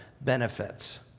benefits